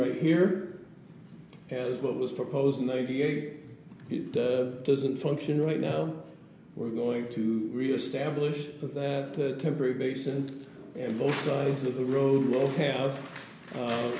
right here is what was proposed in ninety eight he doesn't function right now we're going to reestablish that temporary basis and both sides of the road will have